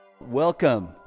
Welcome